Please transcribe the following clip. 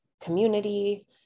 community